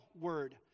word